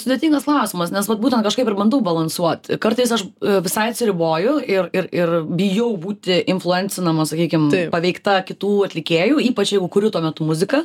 sudėtingas klausimas nes vat būtent kažkaip ir bandau balansuot kartais aš visai atsiriboju ir ir ir bijau būti influencinama sakykim paveikta kitų atlikėjų ypač jeigu kuriu tuo metu muziką